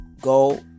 Go